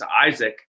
Isaac